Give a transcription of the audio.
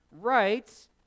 writes